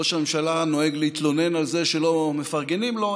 ראש הממשלה נוהג להתלונן על זה שלא מפרגנים לו,